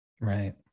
Right